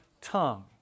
tongue